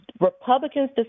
Republicans